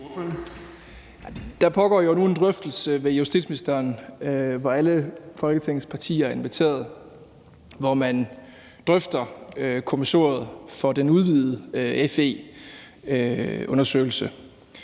Der pågår jo nu en drøftelse ved justitsministeren, hvor alle Folketingets partier er inviteret, hvor man drøfter kommissoriet for den udvidede FE-undersøgelse,